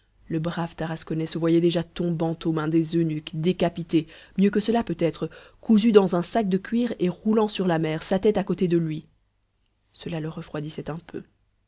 le brave tarasconnais se voyait déjà tombant aux mains des eunuques décapité mieux que cela peut-être cousu dans un sac de cuir et roulant sur la mer sa tête à côté de lui cela le refroidissait un peu